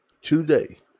Today